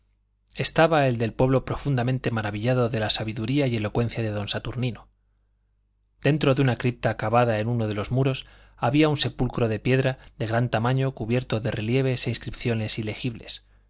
estaba el del pueblo profundamente maravillado de la sabiduría y elocuencia de don saturnino dentro de una cripta cavada en uno de los muros había un sepulcro de piedra de gran tamaño cubierto de relieves e inscripciones ilegibles